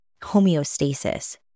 homeostasis